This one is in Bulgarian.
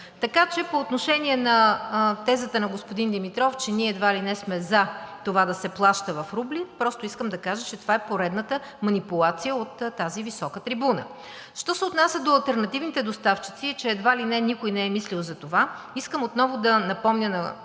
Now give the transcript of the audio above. Така че по отношение на тезата на господин Димитров, че ние едва ли не сме за това да се плаща в рубли, просто искам да кажа, че това е поредната манипулация от тази висока трибуна. Що се отнася до алтернативните доставчици, че едва ли не никой не е мислил за това, искам отново да напомня на